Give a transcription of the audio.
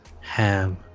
ham